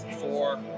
Four